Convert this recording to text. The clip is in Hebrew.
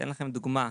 אתן לכם דוגמה.